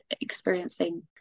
experiencing